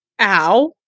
ow